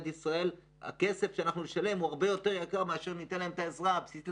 אז הכסף שאנחנו נשלם הוא הרבה יותר גדול מאשר העזרה הבסיסית